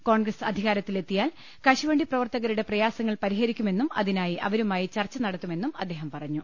കോൺഗ്രസ് അധികാരത്തിലെത്തിയാൽ കശുവണ്ടി പ്രവർത്ത കരുടെ പ്രയാസങ്ങൾ പരിഹരിക്കുമെന്നും അതിനായി അവരു മായി ചർച്ച നടത്തുമെന്നും അദ്ദേഹം പറഞ്ഞു